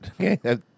Okay